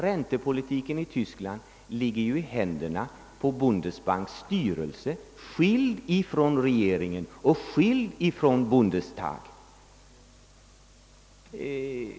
Räntepolitiken i Tyskland ligger i händerna på Bundesbanks styrelse, skild från regeringen och skild från Bundestag.